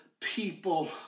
people